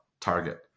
target